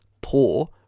poor